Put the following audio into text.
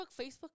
Facebook